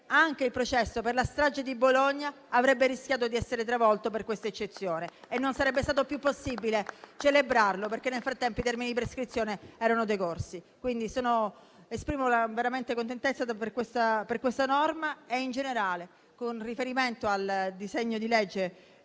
anche il processo per la strage di Bologna avrebbe rischiato di essere travolto per questa eccezione e non sarebbe stato più possibile celebrarlo, perché nel frattempo erano decorsi i termini di prescrizione. Quindi, esprimo veramente contentezza per questa norma e, in generale, con riferimento al disegno di legge